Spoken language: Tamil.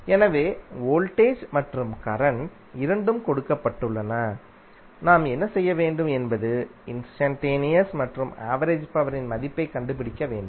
எனவே வோல்டேஜ் மற்றும் கரண்ட் இரண்டும் கொடுக்கப்பட்டுள்ளன நாம் என்ன செய்ய வேண்டும் என்பது இன்ஸ்டன்டேனியஸ் மற்றும் ஆவரேஜ் பவர் யின் மதிப்பைக் கண்டுபிடிக்க வேண்டும்